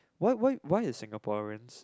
why why why is Singaporeans